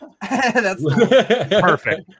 perfect